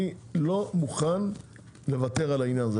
אני לא מוכן לוותר על העניין הזה,